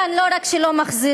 כאן לא רק שלא מחזירים,